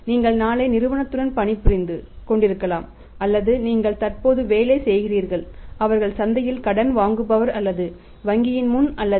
நீங்கள் நாளை நிறுவனத்துடன் பணிபுரிந்து கொண்டிருக்கலாம் அல்லது நீங்கள் தற்போது வேலை செய்கிறீர்கள் அவர்கள் சந்தையில் கடன் வாங்குபவர் அல்லது வங்கியின் முன் அல்லது